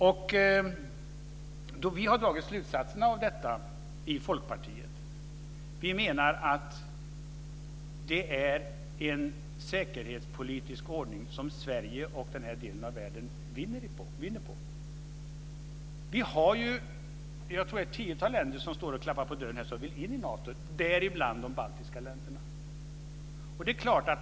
Vi i Folkpartiet har dragit slutsatserna av det. Vi menar att det är en säkerhetspolitisk ordning som Sverige och den här delen av världen vinner på. Ett tiotal länder står och klappar på dörren och vill in i Nato, däribland de baltiska länderna.